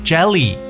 Jelly